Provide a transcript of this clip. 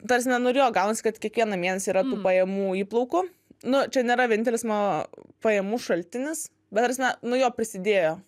tas prasme nu ir jo gaunasi kad kiekvieną mėnesį yra tų pajamų įplaukų nu čia nėra vienintelis mano pajamų šaltinis bet ta prasme nu jo prisidėjo